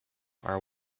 are